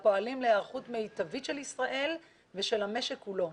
הפועלים להיערכות מיטבית של ישראל ושל המשק כולו.